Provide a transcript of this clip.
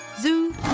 Zoo